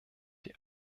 die